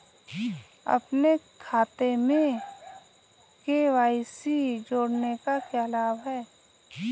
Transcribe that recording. अपने खाते में के.वाई.सी जोड़ने का क्या लाभ है?